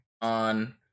on